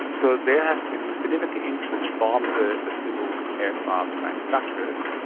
so there has been significant interest from the the civil aircraft manufacturers,